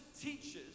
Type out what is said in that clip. teaches